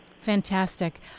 Fantastic